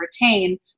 retain